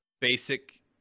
basic